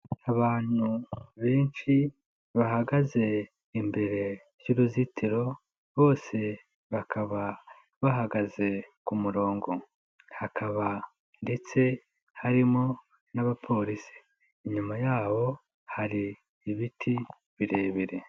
Abantu benshi bahagaze imbere y'uruzitiro bose bakaba bahagaze ku murongo, hakaba ndetse harimo n'abapolisi, inyuma yabo hari ibiti birebire.